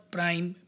Prime